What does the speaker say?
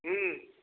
हूँ